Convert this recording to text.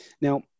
Now